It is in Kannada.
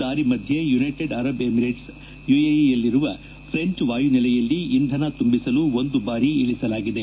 ದಾರಿ ಮಧ್ದೆ ಯುನೈಟೆಡ್ ಅರಬ್ ಎಮಿರೇಟ್ಸ್ ಯುಎಇಯಲ್ಲಿರುವ ಫ್ರೆಂಚ್ ವಾಯುನೆಲೆಯಲ್ಲಿ ಇಂಧನ ತುಂಬಿಸಲು ಒಂದು ಬಾರಿ ಇಳಿಸಲಾಗಿದೆ